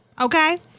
Okay